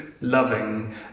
loving